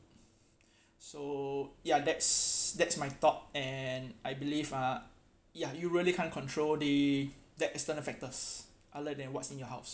so ya that's that's my thought and I believe ah ya you really can't control the that external factors other than what's in your house